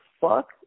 fuck